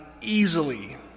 Easily